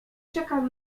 czekał